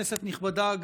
כנסת נכבדה,